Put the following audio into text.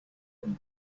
than